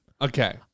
Okay